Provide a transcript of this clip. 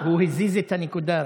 הוא הזיז את הנקודה,